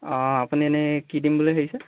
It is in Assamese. অঁ আপুনি এনেই কি দিম বুলি ভাবিছে